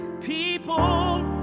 people